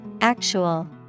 Actual